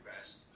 best